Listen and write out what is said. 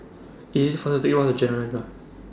IS IT faster to Take The Bus to Jalan Jentera